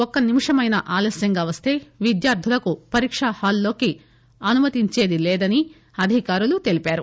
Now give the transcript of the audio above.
ఒక్క నిముషమైనా ఆలస్యంగా వస్తే విద్యార్థులకు పరీకా హాలులోనికి అనుమతించేది లేదని అధికారులు తెలిపారు